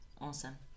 awesome